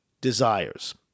desires